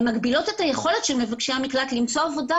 מגבילות את היכולת של מבקשי המקלט למצוא עבודה